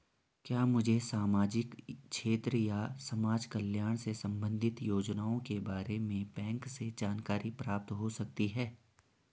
क्या मुझे सामाजिक क्षेत्र या समाजकल्याण से संबंधित योजनाओं के बारे में बैंक से जानकारी प्राप्त हो सकती है?